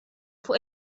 fuq